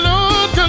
Lord